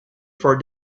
for